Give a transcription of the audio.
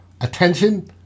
attention